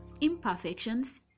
imperfections